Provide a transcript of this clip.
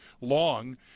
long